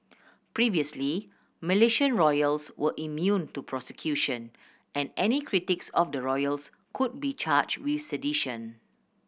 previously Malaysian royals were immune to prosecution and any critics of the royals could be charged with sedition